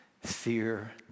Fear